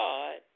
God